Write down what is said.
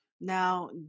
Now